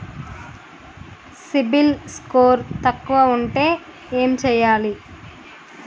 CIBIL score తక్కువ ఉంటే ఏం చేయాలి?